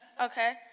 okay